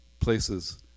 places